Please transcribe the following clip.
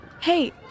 Hey